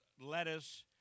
lettuce